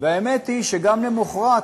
והאמת היא שגם למחרת